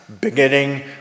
beginning